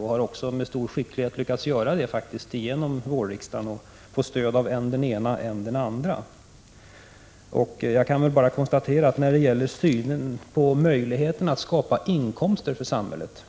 Den har också med stor skicklighet faktiskt lyckats göra det under vårriksdagen och fått stöd av än den ena, än den andra. Jag kan bara konstatera att när det gäller synen på möjligheterna att skapa inkomster för samhället